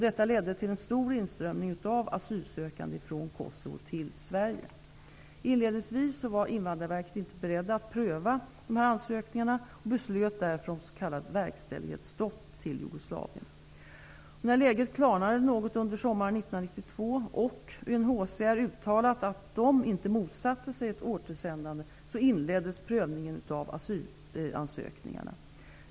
Detta ledde till en stor inströmning av asylsökande från Kosovo till Inledningsvis var Invandrarverket inte berett att pröva dessa ansökningar och beslöt därför om s.k. verkställighetsstopp till Jugoslavien. När läget klarnade något -- under sommaren 1992 -- och UNHCR uttalat att man inte motsatte sig ett återsändande inleddes prövningen av asylansökningarna.